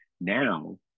Now